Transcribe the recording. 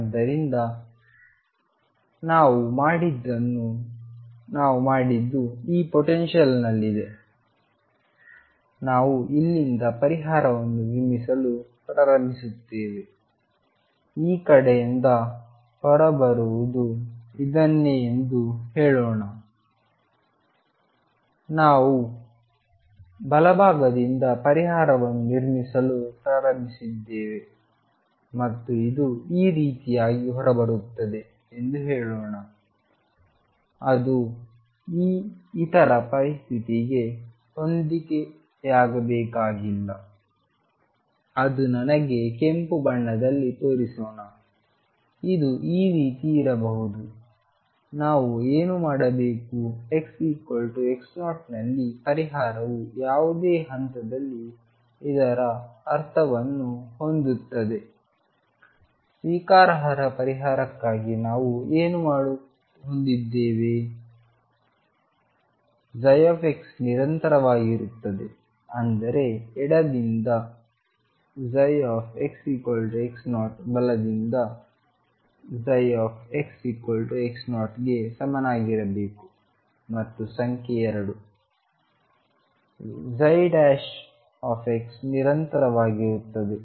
ಆದ್ದರಿಂದ ನಾವು ಮಾಡಿದ್ದನ್ನು ನಾವು ಮಾಡಿದ್ದು ಈ ಪೊಟೆನ್ಶಿಯಲ್ನಲ್ಲಿದೆ ನಾವು ಇಲ್ಲಿಂದ ಪರಿಹಾರವನ್ನು ನಿರ್ಮಿಸಲು ಪ್ರಾರಂಭಿಸುತ್ತೇವೆ ಈ ಕಡೆಯಿಂದ ಹೊರಬರುವುದು ಇದನ್ನೇ ಎಂದು ಹೇಳೋಣ ಮತ್ತು ನಾವು ಬಲಭಾಗದಿಂದ ಪರಿಹಾರವನ್ನು ನಿರ್ಮಿಸಲು ಪ್ರಾರಂಭಿಸಿದ್ದೇವೆ ಮತ್ತು ಇದು ಈ ರೀತಿಯಾಗಿ ಹೊರಬರುತ್ತದೆ ಎಂದು ಹೇಳೋಣ ಅದು ಇತರ ಪರಿಸ್ಥಿತಿಗೆ ಹೊಂದಿಕೆಯಾಗಬೇಕಾಗಿಲ್ಲ ಅದು ನನಗೆ ಕೆಂಪು ಬಣ್ಣದಲ್ಲಿ ತೋರಿಸೋಣ ಇದು ಈ ರೀತಿ ಇರಬಹುದು ನಾವು ಏನು ಮಾಡಬೇಕುxx0 ನಲ್ಲಿ ಪರಿಹಾರವು ಯಾವುದೇ ಹಂತದಲ್ಲಿ ಇದರ ಅರ್ಥವನ್ನು ಹೊಂದುತ್ತದೆ ಸ್ವೀಕಾರಾರ್ಹ ಪರಿಹಾರಕ್ಕಾಗಿ ನಾವು ಏನು ಹೊಂದಿದ್ದೇವೆ x ನಿರಂತರವಾಗಿರುತ್ತದೆ ಅಂದರೆ ಎಡದಿಂದ xx0 ಬಲದಿಂದ xx0 ಗೆ ಸಮನಾಗಿರಬೇಕು ಮತ್ತು ಸಂಖ್ಯೆ 2 ನಿರಂತರವಾಗಿರುತ್ತದೆ